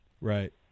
Right